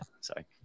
sorry